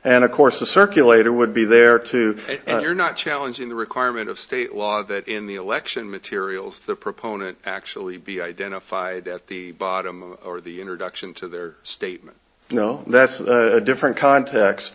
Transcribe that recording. and of course the circulator would be there too and you're not challenging the requirement of state law that in the election materials the proponent actually be identified at the bottom of the introduction to their statement no that's a different context